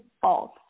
false